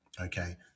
okay